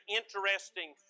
interesting